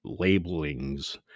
labelings